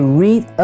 read